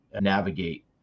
navigate